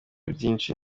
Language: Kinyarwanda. byinshi